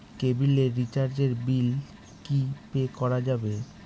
কেবিলের রিচার্জের বিল কি পে করা যাবে?